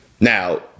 Now